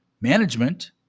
Management